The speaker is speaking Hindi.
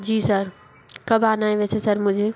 जी सर कब आना है वैसे सर मुझे